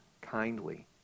kindly